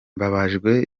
mbabajwe